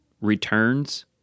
returns